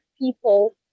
people